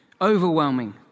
overwhelming